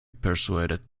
persuaded